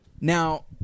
Now